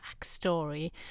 backstory